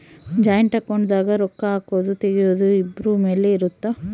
joint account ದಾಗ ರೊಕ್ಕ ಹಾಕೊದು ತೆಗಿಯೊದು ಇಬ್ರು ಮೇಲೆ ಇರುತ್ತ